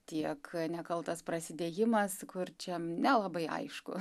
tiek nekaltas prasidėjimas kur čia nelabai aišku